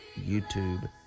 YouTube